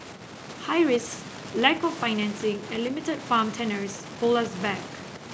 high risks lack of financing and limited farm tenures hold us back